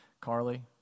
Carly